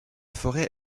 forêt